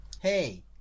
hey